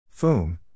Foom